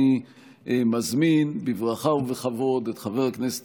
אני מזמין בברכה ובכבוד את חבר הכנסת